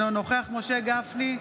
אינו נוכח משה גפני,